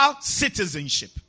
citizenship